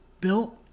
bill